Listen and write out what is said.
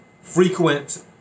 frequent